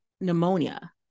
pneumonia